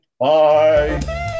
Bye